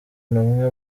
numwe